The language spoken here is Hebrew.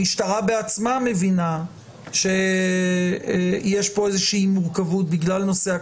המשטרה בעצמה מבינה שיש פה איזה מורכבות בגלל נושא הקורונה,